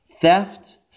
theft